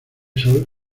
sol